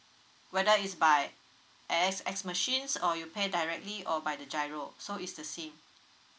whether it's by axs machines or you pay directly or by the giro so is the same